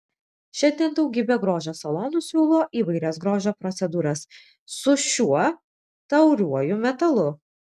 šiandien daugybė grožio salonų siūlo įvairias grožio procedūras su šiuo tauriuoju metalu